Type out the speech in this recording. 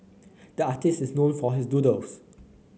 the artist is known for his doodles